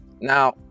Now